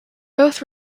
both